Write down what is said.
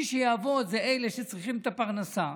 מי שיעבוד זה אלה שצריכים את הפרנסה,